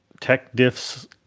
TechDiff's